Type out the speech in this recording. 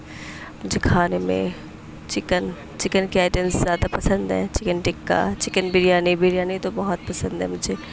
مجھے کھانے میں چکن چکن کے آئٹمز زیادہ پسند ہیں چکن ٹکا چکن بریانی بریانی تو بہت پسند ہے مجھے